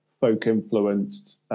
folk-influenced